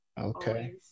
okay